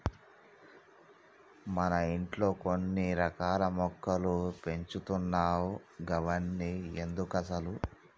మన ఇంట్లో కొన్ని రకాల మొక్కలు పెంచుతున్నావ్ గవన్ని ఎందుకసలు